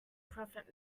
profit